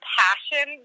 passion